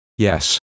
Yes